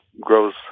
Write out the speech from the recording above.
grows